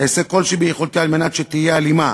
אעשה כל שביכולתי כדי שתהיה הלימה